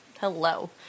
hello